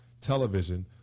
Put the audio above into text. television